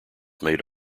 made